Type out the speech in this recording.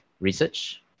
research